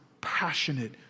passionate